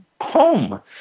home